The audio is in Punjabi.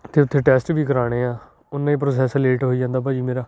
ਅਤੇ ਉੱਥੇ ਟੈਸਟ ਵੀ ਕਰਵਾਉਣੇ ਆ ਉਨਾਂ ਹੀ ਪ੍ਰੋਸੈਸ ਲੇਟ ਹੋਈ ਜਾਂਦਾ ਭਾਅ ਜੀ ਮੇਰਾ